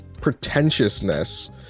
pretentiousness